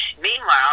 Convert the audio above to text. Meanwhile